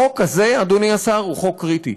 החוק הזה, אדוני השר, הוא חוק קריטי.